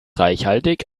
reichhaltig